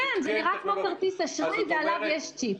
כן, זה נראה כמו כרטיס אשראי ועליו צ'יפ.